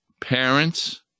parents